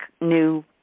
new